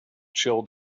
chill